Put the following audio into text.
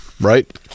right